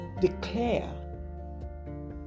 declare